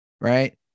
right